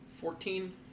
Fourteen